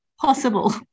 possible